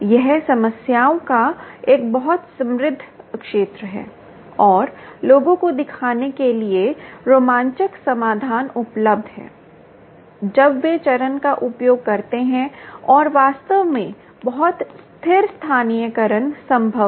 यह समस्याओं का एक बहुत समृद्ध क्षेत्र है और लोगों को देखने के लिए रोमांचक समाधान उपलब्ध हैं जब वे चरण का उपयोग करते हैं और वास्तव में बहुत स्थिर स्थानीयकरण संभव हैं